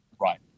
Right